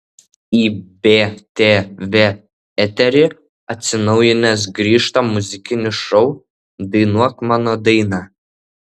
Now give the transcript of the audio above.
į btv eterį atsinaujinęs grįžta muzikinis šou dainuok mano dainą